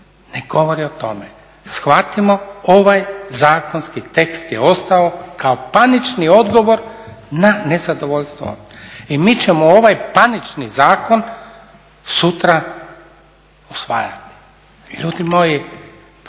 ne govori o tome. Shvatimo ovaj zakonski tekst je ostao kao panični odgovor na nezadovoljstvo. I mi ćemo ovaj panični zakon sutra usvajati. Ljudi moji pa